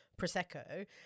prosecco